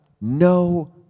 no